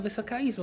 Wysoka Izbo!